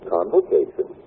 Convocation